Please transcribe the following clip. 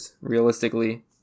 realistically